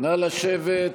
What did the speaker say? נא לשבת.